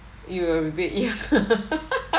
you will be